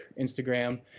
Instagram